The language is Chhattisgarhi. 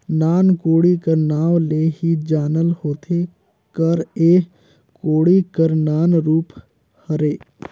नान कोड़ी कर नाव ले ही जानल होथे कर एह कोड़ी कर नान रूप हरे